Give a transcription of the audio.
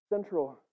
Central